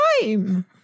time